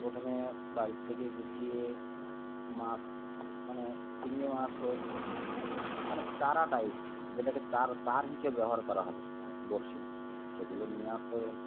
প্রথমে বাড়ির থেকে গুছিয়ে মাছ মানে চিংড়ি মাছ হোক মানে চারা টাইপ যেটাকে চার চার হিসেবে ব্যবহার করা হবে বঁড়শিতে সেগুলো নিয়ে আসতে হবে